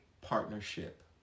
partnership